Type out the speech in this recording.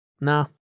Nah